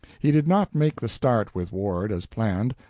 he did not make the start with ward, as planned,